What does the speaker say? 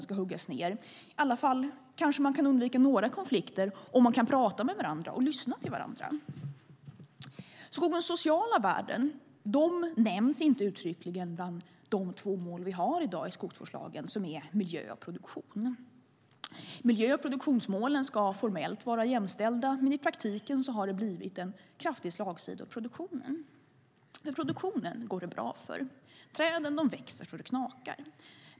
Man kanske kan undvika några konflikter i alla fall om man kan tala med varandra och lyssna på varandra. Skogens sociala värden nämns inte uttryckligen bland de två mål som vi i dag har i skogsvårdslagen som är Miljö och Produktion. Miljömålet och produktionsmålet ska formellt vara jämställda, men i praktiken har det blivit en kraftig slagsida åt produktionen. För produktionsmålet går det bra. Träden växer så det knakar.